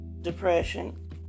depression